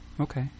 Okay